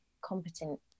competent